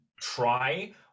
try